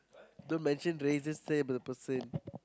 don't mention races say about the person